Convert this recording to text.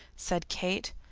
said kate.